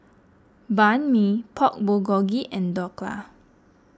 Banh Mi Pork Bulgogi and Dhokla